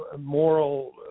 moral